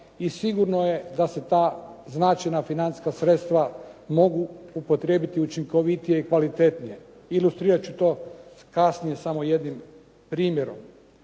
i sigurno je da se ta značajna financijska sredstva mogu upotrijebiti učinkovitije i kvalitetnije. Ilustrirat ću to kasnije samo jednim primjerom.